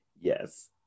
Yes